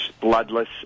Bloodless